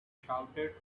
shouted